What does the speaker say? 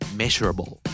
measurable